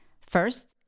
First